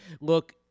Look